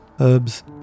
herbs